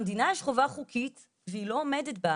למדינה ישנה חובה חוקית והיא לא עומדת בה,